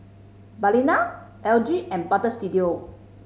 Balina L G and Butter Studio